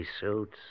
suits